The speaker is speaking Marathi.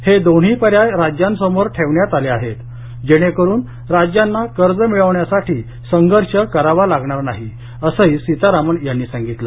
हे दोन्ही पर्याय राज्यांसमोर ठेवण्यात आले आहेत जेणेकरून राज्यांना कर्ज मिळवण्यासाठी संघर्ष करावा लागणार नाही असंही सीतारामन यांनी सांगितलं